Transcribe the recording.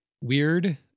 weird